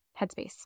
Headspace